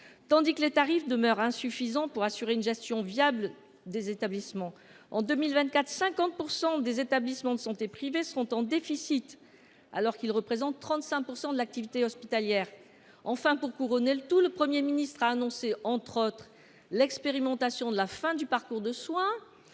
tandis que les tarifs demeurent insuffisants pour assurer une gestion viable des établissements. En 2024, 50 % des établissements de santé privés seront en déficit, alors qu’ils représentent 35 % de l’activité hospitalière. Pour couronner le tout, le Premier ministre a annoncé, entre autres choses, l’expérimentation de la fin du parcours de soins